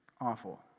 awful